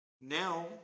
Now